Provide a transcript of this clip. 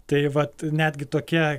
tai vat netgi tokia